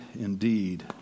indeed